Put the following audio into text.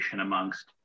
amongst